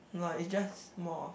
no ah it's just more